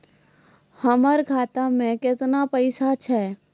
हमर खाता मैं केतना पैसा छह?